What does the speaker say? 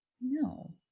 no